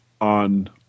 on